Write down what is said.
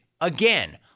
Again